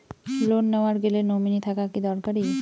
Loan নেওয়ার গেলে nominee থাকা কি দরকারী?